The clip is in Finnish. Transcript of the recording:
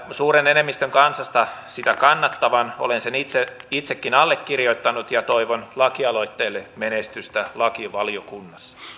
suuren enemmistön kansasta sitä kannattavan olen sen itsekin allekirjoittanut ja toivon lakialoitteelle menestystä lakivaliokunnassa